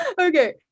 okay